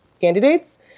candidates